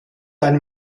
ein